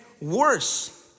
worse